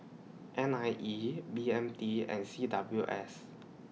N I E B M T and C W S